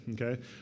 okay